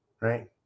right